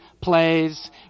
plays